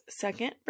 Second